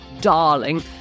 darling